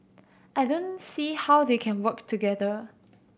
I don't see how they can work together